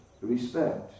respect